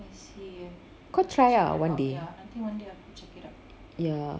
kau try ah one day ya